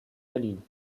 berlin